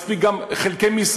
מספיק גם משרה חלקית,